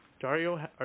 Dario